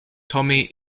tommy